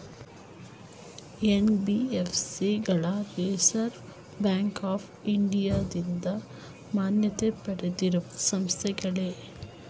NBFC ಗಳು Reserve Bank of ಇಂಡಿಯಾದಿಂದ ಮಾನ್ಯತೆ ಪಡೆದಿರುವ ಸಂಸ್ಥೆಗಳೇ?